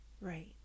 Right